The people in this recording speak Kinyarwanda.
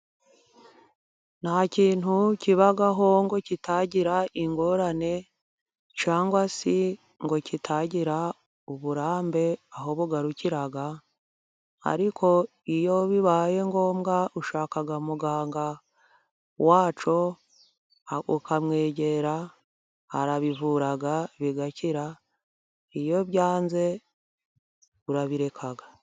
Nta kintu kibaho ngo kitagira ingorane cynagwa se ngo kitagira uburambe aho bugarukira ariko iyo bibaye ngombwa ushaka muganga wacyo ukamwegera, arabivura bigakira, iyo byanze urabireka.